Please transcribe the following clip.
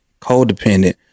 codependent